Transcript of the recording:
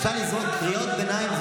אפשר לזרוק קריאות ביניים.